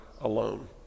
alone